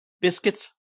biscuits